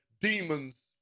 demons